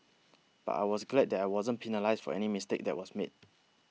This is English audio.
but I was glad that I wasn't penalised for any mistake that was made